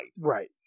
Right